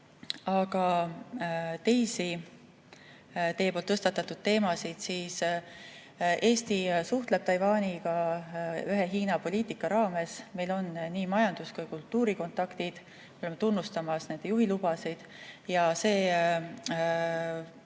aga teisi teie tõstatatud teemasid, siis Eesti suhtleb Taiwaniga ühe Hiina poliitika raames. Meil on nii majandus‑ kui ka kultuurikontaktid, me tunnustame nende juhilubasid ja see